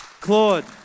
Claude